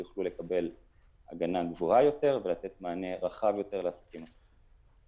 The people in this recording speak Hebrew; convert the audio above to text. שיוכלו לקבל הגנה גבוהה יותר ולתת מענה רחב יותר לעסקים נוספים.